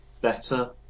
better